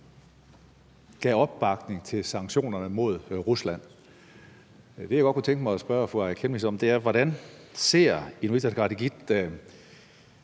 gav opbakning til sanktionerne mod Rusland. Det, jeg godt kunne tænke mig at spørge fru Aaja Chemnitz om,